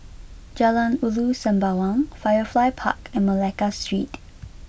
Jalan Ulu Sembawang Firefly Park and Malacca Street